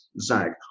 Zag